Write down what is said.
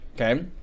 Okay